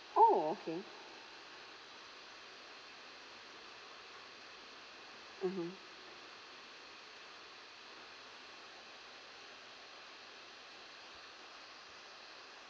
oh okay mmhmm